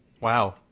Wow